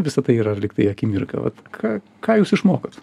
visa tai yra liktai akimirka va ką ką jūs išmokot